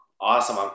awesome